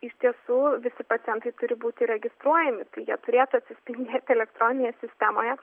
iš tiesų visi pacientai turi būti registruojami jie turėtų atsispindėti elektroninėje sistemoje